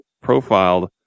profiled